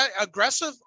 aggressive